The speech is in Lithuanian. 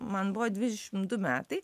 man buvo dvidešim du metai